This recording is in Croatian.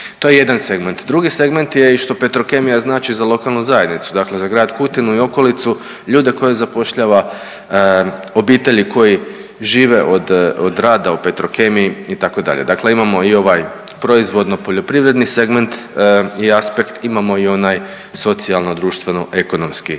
To je jedan segment. Drugi segment je i što Petrokemija znači za lokalnu zajednicu, dakle za grad Kutinu i okolicu, ljude koje zapošljava, obitelji koji žive od rada u Petrokemiji itd. Dakle, imamo i ovaj proizvodno poljoprivredni segment i aspekt, imamo i onaj socijalno društveno ekonomski